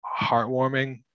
heartwarming